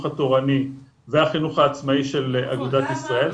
התורני והחינוך העצמאי של אגודת ישראל,